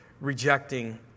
rejecting